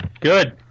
Good